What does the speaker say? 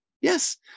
Yes